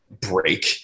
break